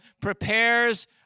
prepares